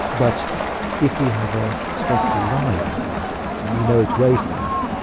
but if we have a spectral line and we know its wavelength,